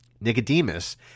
Nicodemus